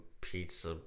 pizza